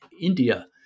India